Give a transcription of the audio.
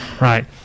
right